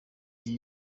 iki